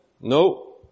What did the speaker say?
No